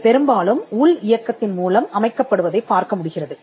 இது பெரும்பாலும் உள் இயக்கத்தின் மூலம் அமைக்கப்படுவதைப் பார்க்க முடிகிறது